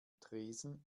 tresen